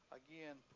again